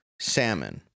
salmon